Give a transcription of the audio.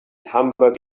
hamburg